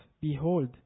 behold